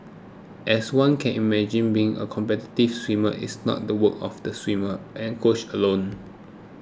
as one can imagine being a competitive swimmer is not the work of the swimmer and coach alone